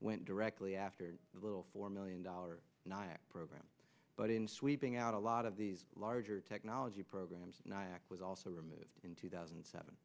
went directly after the little four million dollar program but in sweeping out a lot of these larger technology programs nyack was also removed in two thousand and seven